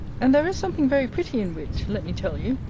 and there is something very pretty in wit, let me tell you.